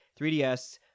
3DS